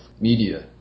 media